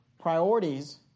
priorities